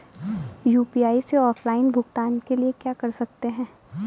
UPI से offline भुगतान के लिए क्या कर सकते हैं?